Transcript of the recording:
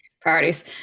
Priorities